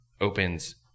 opens